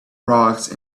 rocks